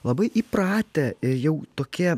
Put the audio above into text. labai įpratę ir jau tokie